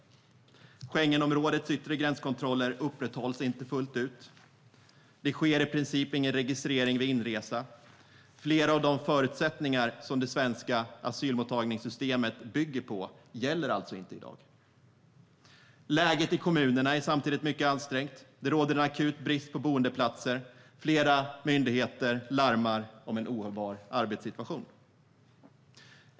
Schengenområdets yttre gränskontroller upprätthålls inte fullt ut. Det sker i princip ingen registrering vid inresa. Flera av de förutsättningar som det svenska asylmottagningssystemet bygger på gäller alltså inte i dag. Läget i kommunerna är mycket ansträngt. Det råder en akut brist på boendeplatser. Flera myndigheter larmar om en ohållbar arbetssituation.